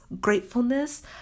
gratefulness